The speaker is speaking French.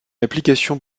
application